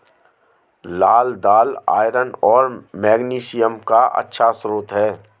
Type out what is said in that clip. लाल दालआयरन और मैग्नीशियम का अच्छा स्रोत है